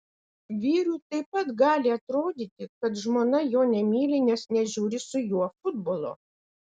vyrui taip pat gali atrodyti kad žmona jo nemyli nes nežiūri su juo futbolo